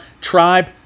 Tribe